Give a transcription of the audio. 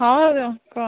ହଁ ରେ କହ